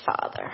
Father